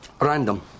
Random